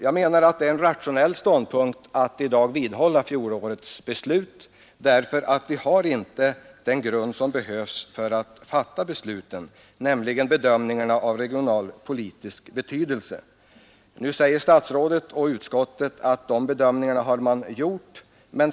Jag menar att det är en rationell ståndpunkt att i dag vidhålla fjolårets beslut. Vi har nämligen inte den grund som behövs för att fatta beslutet — bedömningar av främst regionalpolitisk betydelse. Nu säger statsrådet att dessa bedömningar har gjorts.